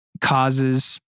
causes